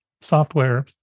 software